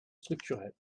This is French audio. structurelles